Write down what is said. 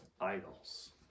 idols